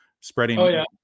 spreading